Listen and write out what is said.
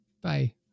Bye